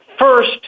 First